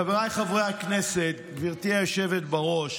חבריי חברי הכנסת, גברתי היושבת בראש,